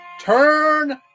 turn